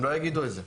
הם לא יגידו את זה.